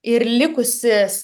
ir likusias